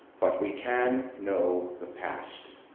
but we can know the past.